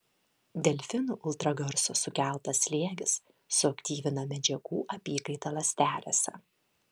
delfinų ultragarso sukeltas slėgis suaktyvina medžiagų apykaitą ląstelėse